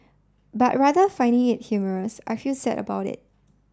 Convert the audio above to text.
but rather finding it humorous I feel sad about it